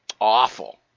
awful